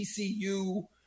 TCU